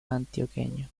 antioqueño